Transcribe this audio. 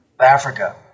Africa